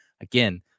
Again